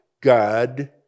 God